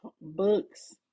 books